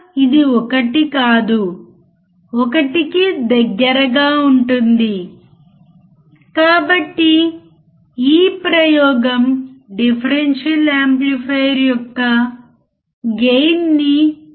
ఏదైనా కారణం మీకు అంతగా తెలియకపోతే లేదా విషయాలను ఎలా సర్దుబాటు చేయాలో మీకు తెలియదని మీరు భావిస్తే మీ ఓసిల్లోస్కోప్లో ఒకటి ఉంటే ఆటో స్కేల్ బటన్ను నొక్కండి